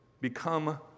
become